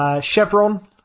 Chevron